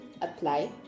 apply